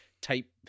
type